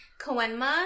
Koenma